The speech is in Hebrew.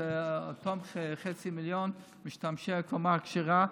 את אותם חצי מיליון משתמשי הקומה הכשרה,